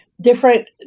Different